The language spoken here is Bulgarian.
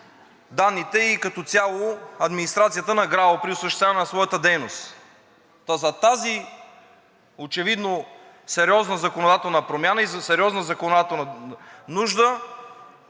данните, и като цяло администрацията на ГРАО при осъществяване на своята дейност. Та, зад тази очевидно сериозна законодателна промяна и сериозна законодателна нужда,